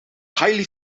highly